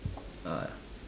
ah